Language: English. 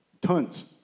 tons